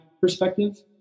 perspective